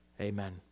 Amen